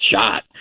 shot